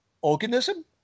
Organism